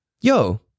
yo